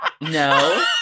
No